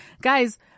Guys